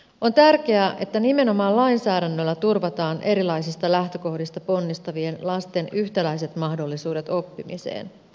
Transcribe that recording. on tärkeää että nimenomaan lainsäädännöllä turvataan erilaisista lähtökohdista ponnistavien lasten yhtäläiset mahdollisuudet oppimiseen